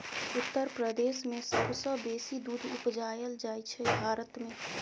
उत्तर प्रदेश मे सबसँ बेसी दुध उपजाएल जाइ छै भारत मे